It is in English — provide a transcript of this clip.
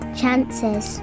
chances